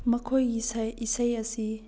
ꯃꯈꯣꯏꯒꯤ ꯏꯁꯩ ꯑꯁꯤ